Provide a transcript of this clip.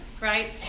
right